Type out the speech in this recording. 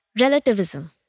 relativism